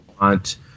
want